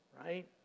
Right